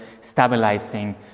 stabilizing